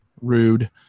rude